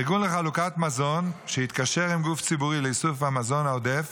ארגון לחלוקת מזון שהתקשר עם גוף ציבורי לאיסוף המזון העודף